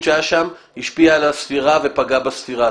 שהיה שם השפיע על הספירה ופגע בספירה.